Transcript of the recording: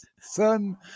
son